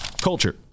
culture